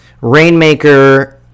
Rainmaker